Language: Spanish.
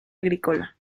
agrícola